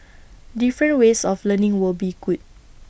different ways of learning would be good